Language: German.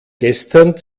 gestern